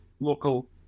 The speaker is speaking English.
Local